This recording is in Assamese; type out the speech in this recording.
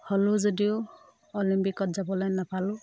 হ'লো যদিও অলিম্পিকত যাবলৈ নাপালোঁ